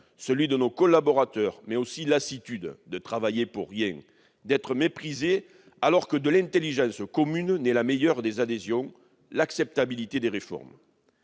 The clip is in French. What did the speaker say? celui de nos collaborateurs, mais aussi de la lassitude, à force de travailler pour rien, d'être méprisés, alors que de l'intelligence commune naît la meilleure des adhésions, à savoir l'acceptation des réformes.